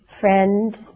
friend